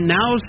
now